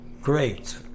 Great